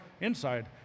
inside